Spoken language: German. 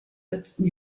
letzten